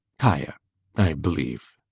kaia i believe.